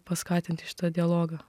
paskatinti šitą dialogą